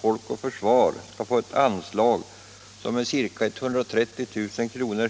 Folk och försvar skall få ett anslag som är ca 130 000 kr.